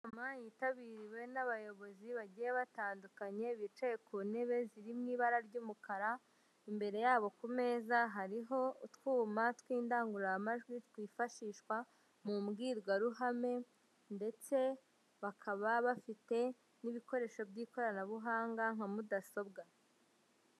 Inama yitabiriwe n'abayobozi bagiye batandukanye, bicaye ku ntebe ziri mu ibara ry'umukara, imbere yabo ku meza hariho utwuma tw'indangururamajwi, twifashishwa mu mbwirwaruhame, ndetse bakaba bafite n'ibikoresho by'ikoranabuhanga nka mudasobwa.